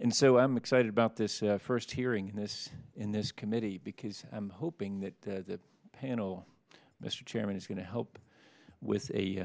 and so i'm excited about this first hearing in this in this committee because i'm hoping that the panel mr chairman is going to help with a